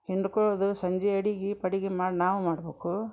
ಹಿಂಡ್ಕೊಳ್ದು ಸಂಜೆ ಅಡಿಗಿ ಪಡಿಗಿ ಮಾಡಿ ನಾವು ಮಾಡ್ಬಕು